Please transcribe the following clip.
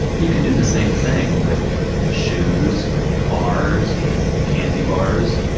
you can do the same thing with shoes, with cars, with candy bars.